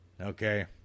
Okay